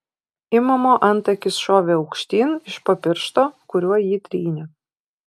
imamo antakis šovė aukštyn iš po piršto kuriuo jį trynė